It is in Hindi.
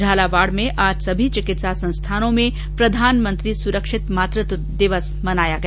झालावाड़ में आज सभी चिकित्सा संस्थानों में प्रधानमंत्री सुरक्षित मातृत्व दिवस मनाया गया